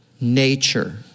nature